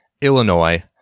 Illinois